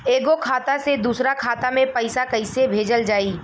एगो खाता से दूसरा खाता मे पैसा कइसे भेजल जाई?